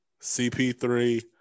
CP3